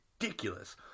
ridiculous